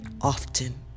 often